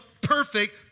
perfect